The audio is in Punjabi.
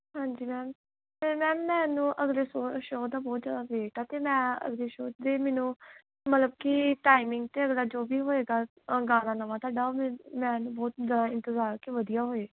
ਹਾਂਜੀ ਮੈਮ ਅਤੇ ਮੈਮ ਮੈਨੂੰ ਅਗਲੇ ਸੋ ਸ਼ੋਅ ਦਾ ਬਹੁਤ ਜ਼ਿਆਦਾ ਵੇਟ ਆ ਅਤੇ ਮੈਂ ਅਗਲੇ ਸ਼ੋਅ ਦੇ ਮੈਨੂੰ ਮਤਲਬ ਕਿ ਟਾਈਮਿੰਗ ਅਤੇ ਅਗਲਾ ਜੋ ਵੀ ਹੋਏਗਾ ਅ ਗਾਣਾ ਨਵਾਂ ਤੁਹਾਡਾ ਵੇ ਮੈਨੂੰ ਬਹੁਤ ਜ਼ਿਆਦਾ ਇੰਤਜ਼ਾਰ ਕਿ ਵਧੀਆ ਹੋਏ